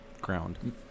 ground